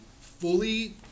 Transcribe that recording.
fully